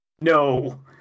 No